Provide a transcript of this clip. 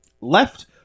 left